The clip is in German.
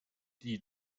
die